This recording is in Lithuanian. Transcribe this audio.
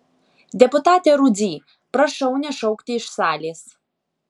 deputate rudzy prašau nešaukti iš salės